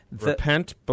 Repent